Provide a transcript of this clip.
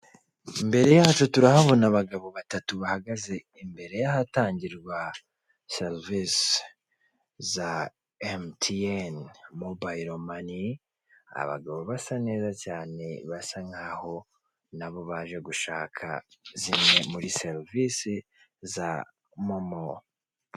Imbere yacu turahabona abagabo batatu bahagaze imbere y'ahatangirwa serivisi za MTN mobile money, abagabo basa neza cyane basa nkaho nabo baje gushaka zimwe muri serivisi za momo.